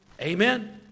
Amen